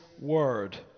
word